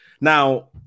now